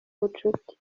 bucuti